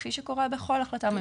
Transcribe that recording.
כפי שקורה בכל החלטה ממשלתית.